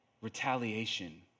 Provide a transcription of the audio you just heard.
retaliation